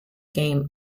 game